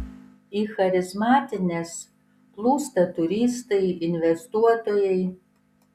į charizmatines plūsta turistai investuotojai